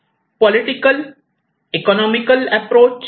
political economical approach